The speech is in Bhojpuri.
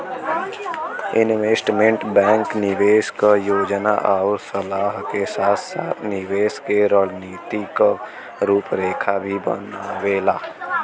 इन्वेस्टमेंट बैंक निवेश क योजना आउर सलाह के साथ साथ निवेश क रणनीति क रूपरेखा भी बनावेला